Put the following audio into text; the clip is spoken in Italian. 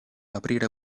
aprire